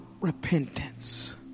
repentance